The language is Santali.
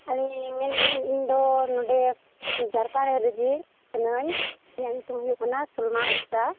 ᱟᱹᱞᱤᱧ ᱤᱧᱫᱚ ᱱᱚᱸᱰᱮ ᱡᱷᱟᱲᱠᱷᱚᱱᱰ ᱨᱮ ᱠᱟᱱᱟᱹᱧ ᱤᱧᱟᱹᱜ ᱧᱩᱛᱩᱢ ᱦᱩᱭᱩᱜ ᱠᱟᱱᱟ ᱥᱚᱞᱢᱟ ᱦᱟᱸᱥᱫᱟ